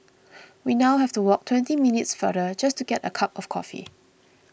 we now have to walk twenty minutes farther just to get a cup of coffee